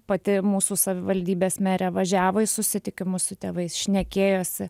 pati mūsų savivaldybės merė važiavo į susitikimus su tėvais šnekėjosi